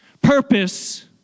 purpose